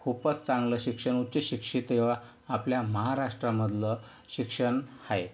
खूपच चांगलं शिक्षण उच्चशिक्षित आपल्या महाराष्ट्रामधलं शिक्षण आहे